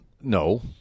no